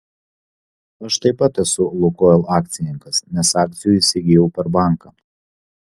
aš taip pat esu lukoil akcininkas nes akcijų įsigijau per banką